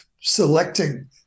selecting